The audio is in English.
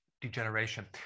degeneration